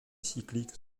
cycliques